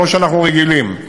כמו שאנחנו רגילים,